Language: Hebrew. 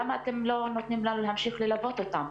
למה אתם לא נותנים לנו להמשיך ללוות אותם?